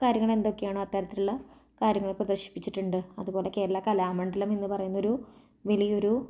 കാര്യങ്ങളെന്തൊക്കെയാണോ അത്തരത്തിലുള്ള കാര്യങ്ങള് പ്രദർശിപ്പിച്ചിട്ടുണ്ട് അതുപോലെ കേരളം കലാമണ്ഡലമെന്ന് പറയുന്നൊരു വലിയൊരു